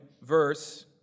verse